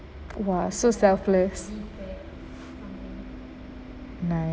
!wah! so selfless nice